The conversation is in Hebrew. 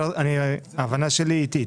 ההבנה של איטית.